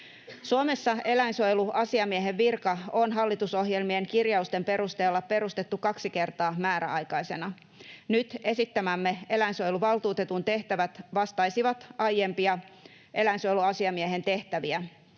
Suomessa eläinsuojeluasiamiehen virka on hallitusohjelmien kirjausten perusteella perustettu kaksi kertaa määräaikaisena. Nyt esittämämme eläinsuojeluvaltuutetun tehtävät vastaisivat aiempia eläinsuojeluasiamiehen tehtäviä.